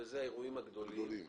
וזה האירועים הגדולים,